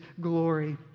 glory